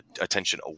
attention